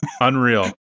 unreal